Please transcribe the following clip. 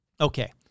Okay